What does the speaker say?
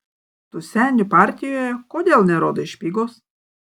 tu senių partijoje kodėl nerodai špygos